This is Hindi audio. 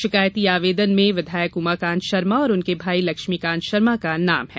शिकायती आवेदन में विधायक उमाकांत शर्मा और उनके भाई लक्ष्मीकांत शर्मा का नाम है